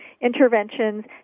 interventions